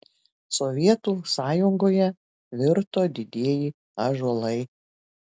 sovietų sąjungoje virto didieji ąžuolai